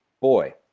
boy